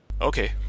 Okay